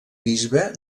bisbe